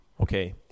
Okay